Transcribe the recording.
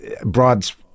broads